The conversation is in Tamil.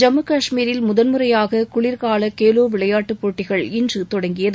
ஜம்மு காஷ்மீரில் முதன்முறையாக குளிாகால கேவோ இந்தியா விளையாட்டுப் போட்டிகள் இன்று தொடங்கியது